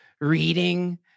reading